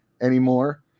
anymore